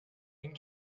and